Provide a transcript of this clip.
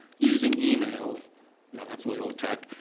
using email yeah that's really old tech,